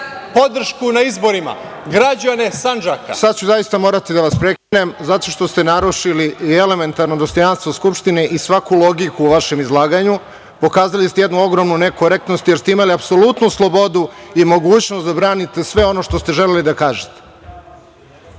podršku na izborima, građane Sandžaka. **Radovan Tvrdišić** Sada ću zaista morati da vas prekinem, zato što ste narušili i elementarno dostojanstvo Skupštine i svaku logiku o vašem izlaganju, pokazali ste jednu ogromnu ne korektnost, jer ste imali apsolutnu slobodu i mogućnost da branite sve ono što ste želeli da kažete. Reč